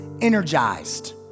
energized